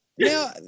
Now